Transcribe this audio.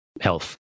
health